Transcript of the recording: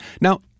Now